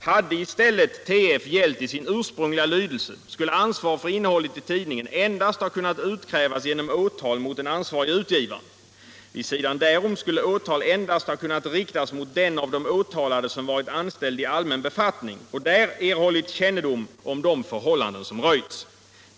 Hade i stället TF gällt i sin ursprungliga lydelse skulle ansvar för innehållet i tidningen endast ha kunnat utkrävas genom åtal mot den ansvarige utgivaren. Vid sidan därom skulle åtal endast ha kunnat riktas mot den av de åtalade som grundlagsändringar varit anställd i allmän befattning och där erhållit kännedom om de förhållanden som röjts.